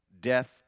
death